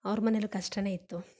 ಅವ್ರ ಮನೇಲೂ ಕಷ್ಟವೇ ಇತ್ತು